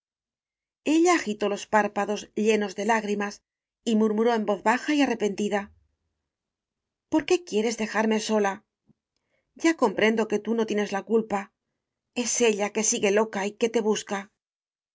ella agitó los párpados llenos de lágrimas y murmuró en voz baja y arrepentida por qué quieres dejarme sola ya comprendo que tú no tienes la culpa es ella que sigue loca y que te busca